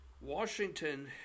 Washington